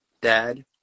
Dad